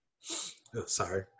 sorry